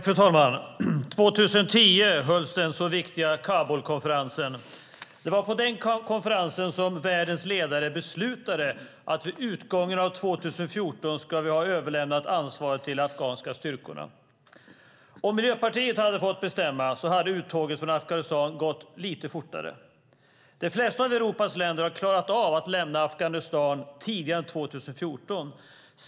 Fru talman! År 2010 hölls den så viktiga Kabulkonferensen. Det var på den konferensen som världens ledare beslutade att vi vid utgången av 2014 ska ha överlämnat ansvaret till de afghanska styrkorna. Om Miljöpartiet hade fått bestämma hade uttåget från Afghanistan gått lite fortare. De flesta av Europas länder har klarat av att lämna Afghanistan tidigare än 2014.